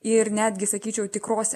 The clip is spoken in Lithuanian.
ir netgi sakyčiau tikros